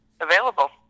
available